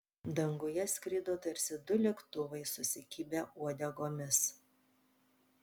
danguje skrido tarsi du lėktuvai susikibę uodegomis